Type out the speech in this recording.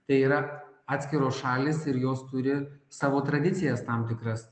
tai yra atskiros šalys ir jos turi savo tradicijas tam tikras